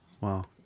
Wow